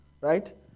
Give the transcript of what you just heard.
Right